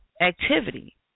activity